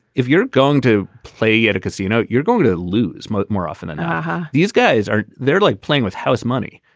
if you're going to play at a casino, you're going to lose much more often. and these guys are there like playing with house money.